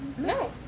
no